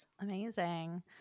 Amazing